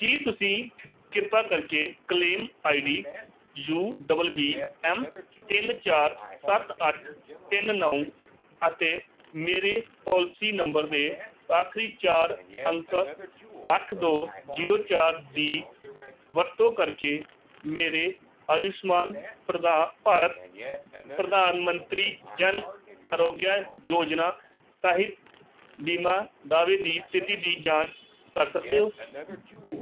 ਕੀ ਤੁਸੀਂ ਕਿਰਪਾ ਕਰਕੇ claim ID U double B M ਤਿੰਨ ਚਾਰ ਸੱਤ ਅੱਠ ਤਿੰਨ ਨੌਂ ਅਤੇ ਮੇਰੇ ਪਾਲਿਸੀ ਨੰਬਰ ਦੇ ਆਖਰੀ ਚਾਰ ਅੰਕ ਅੱਠ ਦੋ ਜੀਰੋ ਚਾਰ ਦੀ ਵਰਤੋਂ ਕਰਕੇ ਮੇਰੇ ਆਯੁਸ਼ਮਾਨ ਪ੍ਰਧਾਨ ਭਾਰਤ ਪ੍ਰਧਾਨ ਮੰਤਰੀ ਜਨ ਆਰੋਗਯ ਯੋਜਨਾ ਸਿਹਤ ਬੀਮਾ ਦਾਅਵੇ ਦੀ ਸਥਿਤੀ ਦੀ ਜਾਂਚ ਕਰ ਸਕਦੇ ਹੋ